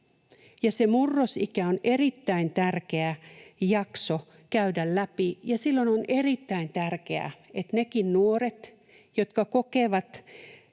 ja se murrosikä on erittäin tärkeä jakso käydä läpi. Ja silloin on erittäin tärkeää, että nekin nuoret, jotka kokevat